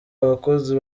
abakozi